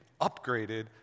upgraded